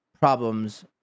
problems